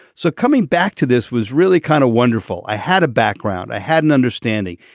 so coming back to this was really kind of wonderful. i had a background i had an understanding.